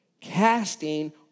Casting